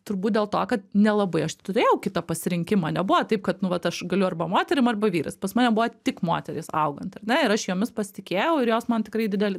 turbūt dėl to kad nelabai aš turėjau kitą pasirinkimą nebuvo taip kad nu vat aš galiu arba moterim arba vyrais pas mane buvo tik moterys augant ar ne ir aš jomis pasitikėjau ir jos man tikrai didelį